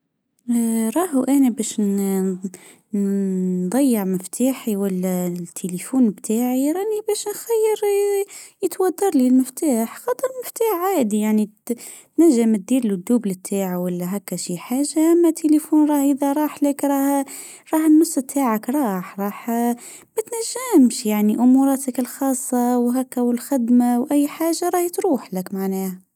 ناريو انا باش نضيع مفتاحي ولا التليفون تاعي راني باش نصير يتوضر لي المفتاح. المفتاح عادي يعني تنجم ديرلو تاعو ولا هاكا شي حاجة اما تيليفون راه اذا راح لك راه راه ماشي ت يعني اموراتك الخاصة وهاكا والخدمة واي حاجة راهي تروح لك معناها